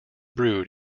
brewed